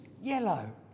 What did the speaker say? Yellow